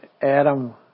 Adam